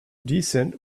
descent